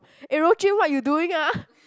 eh Rou-Jun what you doing ah